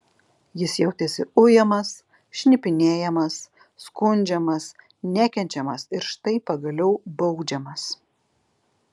jis jautėsi ujamas šnipinėjamas skundžiamas nekenčiamas ir štai pagaliau baudžiamas